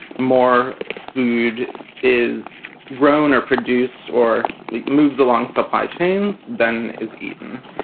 more food is grown or produced or moves along supply chains than is eaten.